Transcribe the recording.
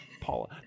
Paula